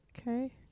Okay